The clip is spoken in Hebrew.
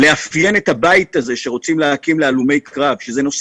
אפיון של הבית שרוצים להקים להלומי קרב זה משהו